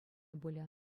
пулӗ